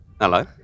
hello